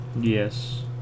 Yes